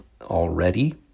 already